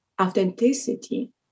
Authenticity